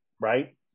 right